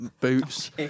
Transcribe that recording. boots